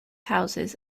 houses